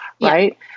right